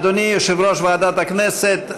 אדוני יושב-ראש ועדת הכנסת,